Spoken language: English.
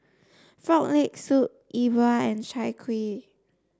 frog leg soup Yi Bua and Chai Kuih